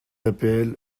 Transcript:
d’apl